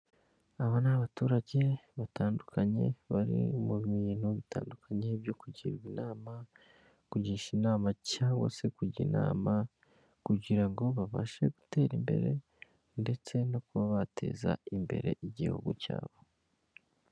Aba ni abaturage batandukanye, bari mu bintu bitandukanye byo kugirwa inama, kugisha inama cyangwa se kujya inama kugira ngo babashe gutera imbere ndetse no kuba bateza imbere igihugu cyabo.